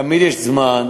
תמיד יש זמן,